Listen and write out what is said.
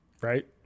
right